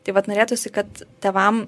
tai vat norėtųsi kad tėvam